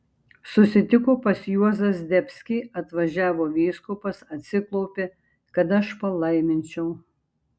susitiko pas juozą zdebskį atvažiavo vyskupas atsiklaupė kad aš palaiminčiau